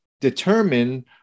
determine